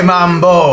Mambo